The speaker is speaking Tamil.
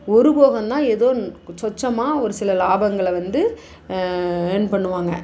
ஒரு போகம் தான் ஏதோ சொச்சமாக ஒரு சில லாபங்களை வந்து இயர்ன் பண்ணுவாங்க